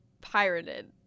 pirated